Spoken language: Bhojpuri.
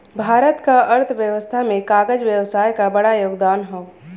भारत क अर्थव्यवस्था में कागज व्यवसाय क बड़ा योगदान हौ